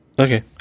Okay